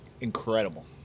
Incredible